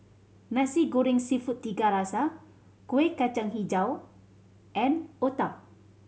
Nasi Goreng Seafood Tiga Rasa Kueh Kacang Hijau and otah